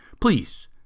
Please